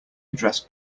address